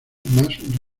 más